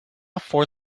for